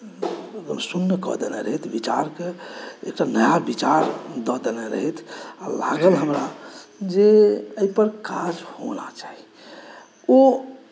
शून्य कऽ देने रहथि विचारकेँ एकटा नया विचार दऽ देने रहथि आ लागल हमरा जे एहिपर काज होना चाही ओ